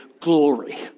Glory